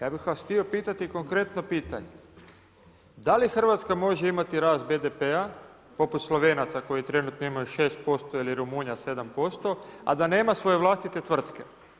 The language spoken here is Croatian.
Ja bih vas htio pitati konkretno pitanje, da li Hrvatska može imati rast BDP-a, poput Slovenaca koji trenutno imaju 6% ili Rumunja 7%, a da nema svoje vlastite tvrtke?